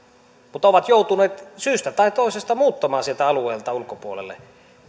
mutta ovat joutuneet syystä tai toisesta muuttamaan sieltä alueelta ulkopuolelle